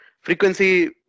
frequency